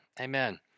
Amen